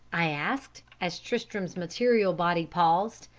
i asked, as tristram's material body paused.